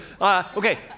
Okay